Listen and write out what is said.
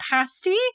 pasty